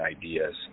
ideas